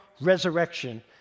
resurrection